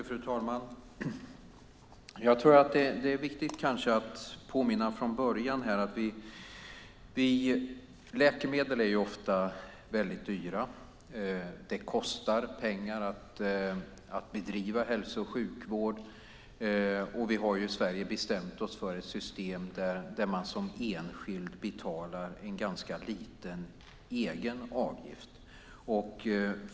Fru talman! Det är viktigt att från början påminna om något. Läkemedel är ofta mycket dyra. Det kostar pengar att bedriva hälso och sjukvård. Vi har i Sverige bestämt oss för ett system där man som enskild betalar en ganska liten egen avgift.